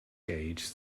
gauge